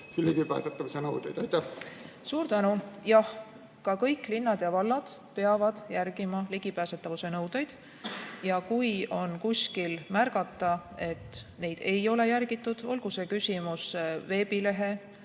Suur tänu! Jah, ka kõik linnad ja vallad peavad järgima ligipääsetavuse nõudeid. Kui on kuskil märgata, et neid ei ole järgitud, olgu küsimus veebilehe